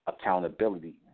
accountability